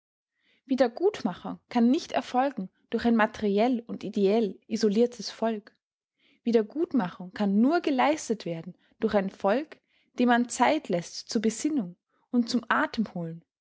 wiedergutmachung kann nicht erfolgen durch ein materiell und ideell isoliertes volk wiedergutmachung kann nur geleistet werden durch ein volk dem man zeit läßt zur besinnung und zum